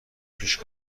پیش